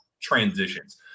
transitions